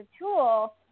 tool